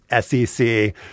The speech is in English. SEC